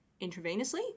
intravenously